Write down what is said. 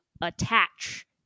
attach